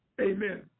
amen